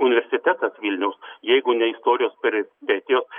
universitetas vilniaus jeigu ne istorijos peripetijos